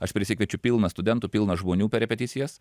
aš prisikviečiu pilna studentų pilna žmonių per repeticijas